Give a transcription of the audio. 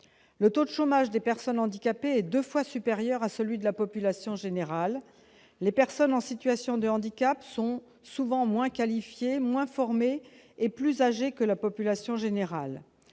Le taux de chômage des personnes handicapées est deux fois supérieur à celui de la population générale. Les personnes en situation de handicap sont souvent moins qualifiées, moins formées et plus âgées que la population générale.